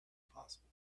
possible